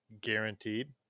guaranteed